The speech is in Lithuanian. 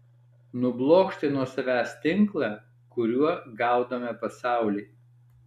nublokšti nuo savęs tinklą kuriuo gaudome pasaulį